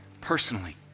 personally